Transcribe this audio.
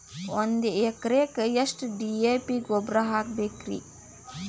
ಒಂದು ಎಕರೆಕ್ಕ ಎಷ್ಟ ಡಿ.ಎ.ಪಿ ಗೊಬ್ಬರ ಹಾಕಬೇಕ್ರಿ?